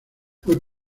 fue